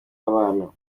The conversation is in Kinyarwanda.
y’abantu